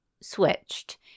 switched